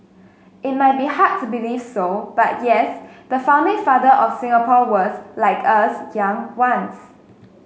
it might be hard to believe so but yes the founding father of Singapore was like us young once